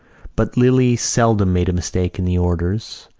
but lily seldom made a mistake in the orders,